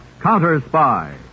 Counter-Spy